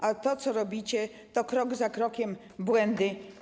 A to, co robicie, to krok po kroku błędy.